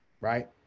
Right